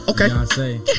Okay